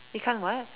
you can't what